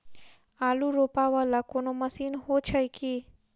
आलु रोपा वला कोनो मशीन हो छैय की?